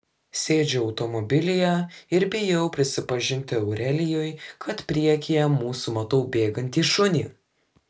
sėdžiu automobilyje ir bijau prisipažinti aurelijui kad priekyje mūsų matau bėgantį šunį